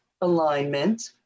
alignment